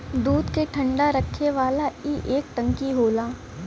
दूध के ठंडा रखे वाला ई एक टंकी होला